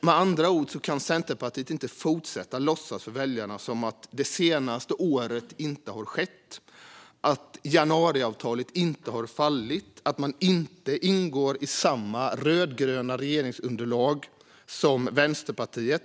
Centerpartiet kan inte fortsätta låtsas inför väljarna som att det senaste året inte har skett, att januariavtalet inte har fallit eller att man inte ingår i samma rödgröna regeringsunderlag som Vänsterpartiet.